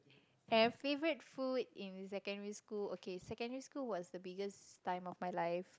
have favorite food in secondary school okay secondary school was the biggest time of my life